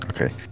Okay